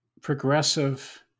progressive